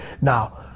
Now